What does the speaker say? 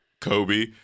Kobe